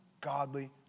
godly